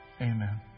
Amen